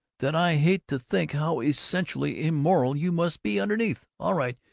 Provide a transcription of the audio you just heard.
that i hate to think how essentially immoral you must be underneath. all right,